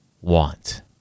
want